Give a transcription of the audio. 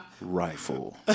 rifle